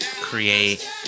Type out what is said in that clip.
create